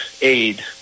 aid